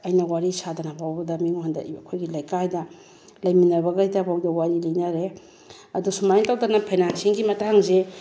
ꯑꯩꯅ ꯋꯥꯔꯤ ꯁꯥꯗꯅ ꯐꯥꯎꯕꯗ ꯃꯤꯉꯣꯟꯗ ꯑꯩꯈꯣꯏꯒꯤ ꯂꯩꯀꯥꯏꯗ ꯂꯩꯃꯤꯟꯅꯕꯈꯩꯗ ꯐꯥꯎꯗ ꯋꯥꯔꯤ ꯂꯤꯅꯔꯦ ꯑꯗꯣ ꯁꯨꯃꯥꯏꯅ ꯇꯧꯗꯅ ꯐꯥꯏꯅꯥꯟꯁꯤꯑꯦꯜꯒꯤ ꯃꯇꯥꯡꯁꯦ